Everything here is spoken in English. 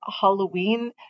Halloween